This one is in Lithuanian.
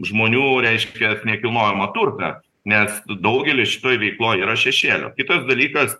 žmonių reiškias nekilnojamą turtą nes daugelis šitoj veikloj yra šešėlio kitas dalykas